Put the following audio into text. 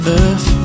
earth